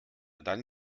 dann